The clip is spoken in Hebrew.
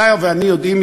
אתה ואני יודעים,